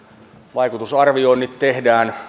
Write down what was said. vaikutusarvioinnit tehdään